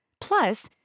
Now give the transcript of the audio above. Plus